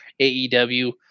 AEW